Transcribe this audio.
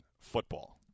football